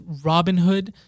Robinhood